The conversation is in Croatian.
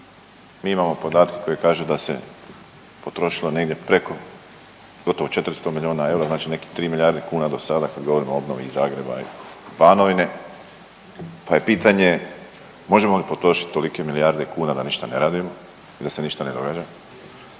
mi imamo podatke koji kaže da se potrošilo negdje preko gotovo 400 milijuna eura, znači nekih 3 milijarde kuna do sada kad govorimo o obnovi i Zagreba i Banovine pa je pitanje možemo li potrošiti tolike milijarde kuna da ništa ne radimo i da se ništa ne događa?